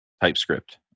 TypeScript